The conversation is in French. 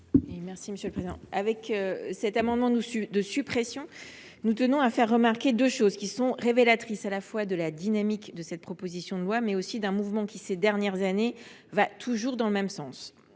Mme Corinne Narassiguin. Par cet amendement de suppression, nous tenons à faire remarquer deux choses, qui sont révélatrices à la fois de la dynamique de cette proposition de loi et d’un mouvement de fond qui, ces dernières années, va toujours dans le même sens.